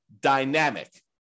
dynamic